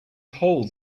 holes